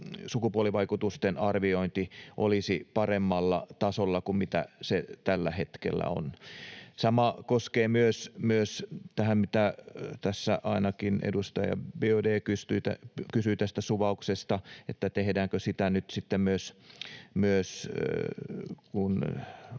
sukupuolivaikutusten arviointi olisi paremmalla tasolla kuin millä se tällä hetkellä on. Sama koskee myös sitä, mitä ainakin edustaja Biaudet kysyi tästä suvauksesta, että tehdäänkö sitä nyt sitten myös,